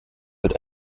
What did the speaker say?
halt